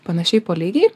panašiai po lygiai